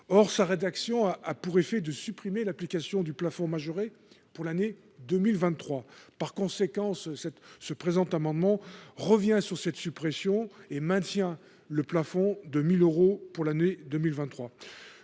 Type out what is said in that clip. Or sa rédaction a pour effet de supprimer l’application du plafond majoré pour l’année 2023. Le présent amendement vise à revenir sur cette suppression et à maintenir le plafond de 1 000 euros pour l’année 2023.